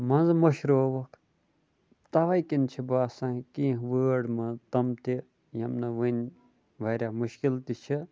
منٛزٕ مٔشرٲکھ تَوَے کِنۍ چھِ باسان کیٚنٛہہ وٲڈ مَہ تِم تہِ یِم نہٕ وٕنۍ واریاہ مُشکِل تہِ چھِ